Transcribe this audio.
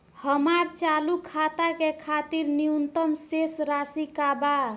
हमार चालू खाता के खातिर न्यूनतम शेष राशि का बा?